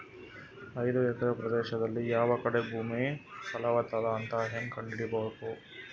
ಐದು ಎಕರೆ ಪ್ರದೇಶದಲ್ಲಿ ಯಾವ ಕಡೆ ಭೂಮಿ ಫಲವತ ಅದ ಅಂತ ಹೇಂಗ ಕಂಡ ಹಿಡಿಯಬೇಕು?